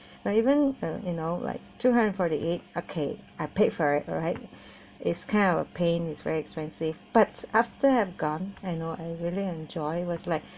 but even um you know like two hundred forty eight okay I paid for it right it's kind of a pain it's very expensive but after I've gone and I really enjoyed was like